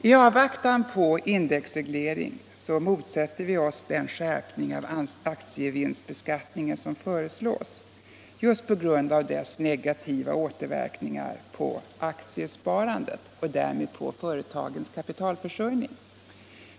I avvaktan på en indexreglering motsätter vi oss den skärpning av aktievinstbeskattningen som föreslås, just på grund av dess negativa återverkningar på aktiesparandet och därmed på företagens kapitalförsörjning.